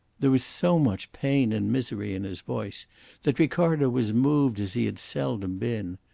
there was so much pain and misery in his voice that ricardo was moved as he had seldom been.